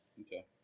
Okay